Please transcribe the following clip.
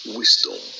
wisdom